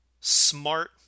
smart